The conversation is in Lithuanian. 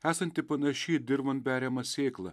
esanti panaši į dirvon beriamą sėklą